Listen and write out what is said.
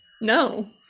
no